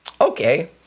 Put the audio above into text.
okay